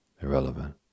irrelevant